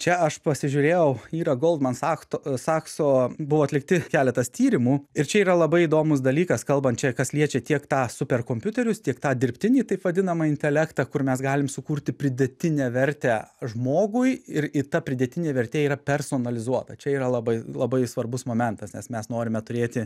čia aš pasižiūrėjau yra goldman sacht sakso buvo atlikti keletas tyrimų ir čia yra labai įdomus dalykas kalbant čia kas liečia tiek tą superkompiuterius tiek tą dirbtinį taip vadinamą intelektą kur mes galim sukurti pridėtinę vertę žmogui ir į ta pridėtinė vertė yra personalizuota čia yra labai labai svarbus momentas nes mes norime turėti